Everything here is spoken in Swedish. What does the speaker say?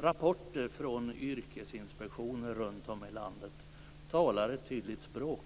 Rapporter från yrkesinspektioner runtom i landet talar ett tydligt språk.